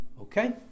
Okay